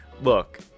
Look